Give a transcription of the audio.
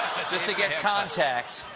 just to get contact.